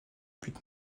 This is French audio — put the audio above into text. but